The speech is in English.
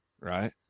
right